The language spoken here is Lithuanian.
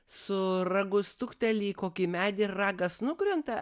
su ragu stukteli į kokį medįir ragas nukrenta